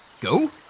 Go